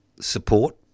support